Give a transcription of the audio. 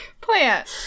Plant